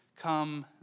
come